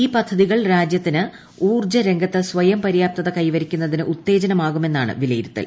ഈ പദ്ധതികൾ രാജ്യത്ത് ഊർജ്ജ രംഗത്ത് സ്വയം പര്യാപ്തത കൈവരിക്കുന്നതിന് ഉത്തേജനമാകുമെന്നാണ് വിലയിരുത്തൽ